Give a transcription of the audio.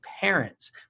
parents